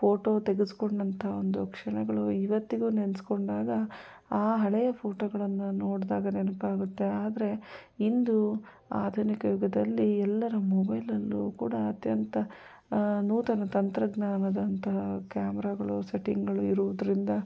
photo ತೆಗಸಿಕೊಂಡಂಥ ಒಂದು ಕ್ಷಣಗಳು ಈವತ್ತಿಗೂ ನೆನೆಸಿಕೊಂಡಾಗ ಆ ಹಳೆಯ ಫೋಟೋಗಳನ್ನು ನೋಡಿದಾಗ ನೆನಪಾಗುತ್ತೆ ಆದರೆ ಇಂದು ಆಧುನಿಕ ಯುಗದಲ್ಲಿ ಎಲ್ಲರ ಮೊಬೈಲಲ್ಲು ಕೂಡ ಅತ್ಯಂತ ನೂತನ ತಂತ್ರಜ್ಞಾನದಂತಹ ಕ್ಯಾಮ್ರಾಗಳು ಸೆಟ್ಟಿಂಗ್ಗಳು ಇರುವುದರಿಂದ